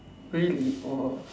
really !wow!